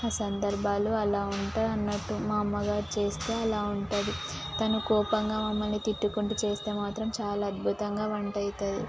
ఆ సందర్భాలు అలా ఉంటుంది అన్నట్టు మా అమ్మగారు చేస్తే అలా ఉంటుంది తను కోపంగా మమ్మల్ని తిట్టుకుంటూ చేస్తే మాత్రం చాలా అద్భుతంగా వంట అవుతుంది